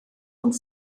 und